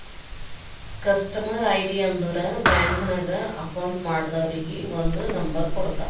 customer ID ಅಂದುರ್ bank ನಾಗ್ account ಮಾಡ್ದವರಿಗ್ ಒಂದ್ ನಂಬರ್ ಕೊಡ್ತಾರ್